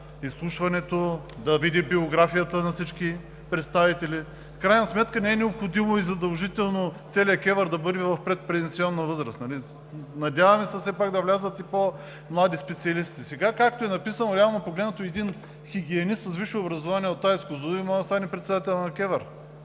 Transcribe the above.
изслушването, да види биографията на всички представени. В крайна сметка не е необходимо и задължително целият КЕВР да бъде в предпенсионна възраст. Надявам се все пак да влязат и по млади специалисти. Сега, както е написано, реално погледнато, един хигиенист с висше образование от АЕЦ „Козлодуй“ може да стане председател на КЕВР.